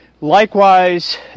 likewise